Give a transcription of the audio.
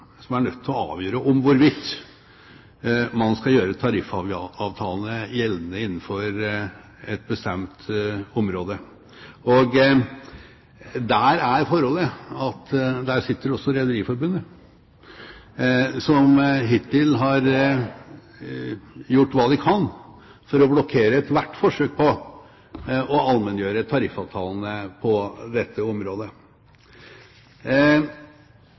som er nødt til å avgjøre hvorvidt man skal gjøre tariffavtalene gjeldende innenfor et bestemt område. Og der er forholdet at der sitter også Rederiforbundet, som hittil har gjort hva de kan for å blokkere ethvert forsøk på å allmenngjøre tariffavtalene på dette området.